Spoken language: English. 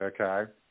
Okay